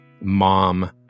mom